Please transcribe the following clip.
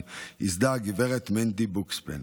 שייסדה גב' מנדי בוקשפן.